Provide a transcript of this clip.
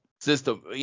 system